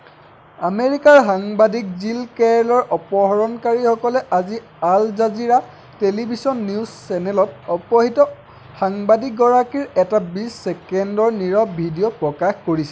আমেৰিকাৰ সাংবাদিক জিল কেৰলৰ অপহৰণকাৰীসকলে আজি আল জাজিৰা টেলিভিছন নিউজ চেনেলত অপহৃত সাংবাদিকগৰাকীৰ এটা বিশ ছেকেণ্ডৰ নিৰৱ ভিডিঅ' প্ৰকাশ কৰিছে